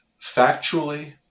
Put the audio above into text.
factually